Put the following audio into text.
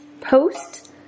post